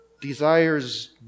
desires